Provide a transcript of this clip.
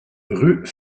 rue